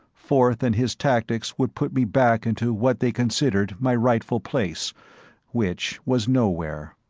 forth and his tactics would put me back into what they considered my rightful place which was nowhere.